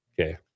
Okay